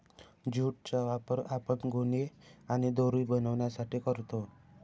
jute चा वापर आपण गोणी आणि दोरी बनवण्यासाठी करतो